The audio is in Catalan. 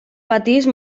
pateix